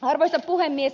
arvoisa puhemies